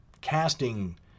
casting